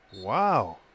Wow